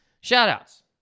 shout-outs